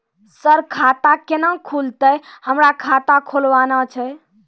Sir खाता केना खुलतै, हमरा खाता खोलवाना छै?